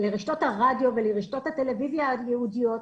לרשתות הרדיו ולרשתות הטלוויזיה הייעודיות,